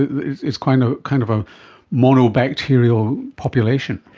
it's kind of kind of a mono-bacterial population.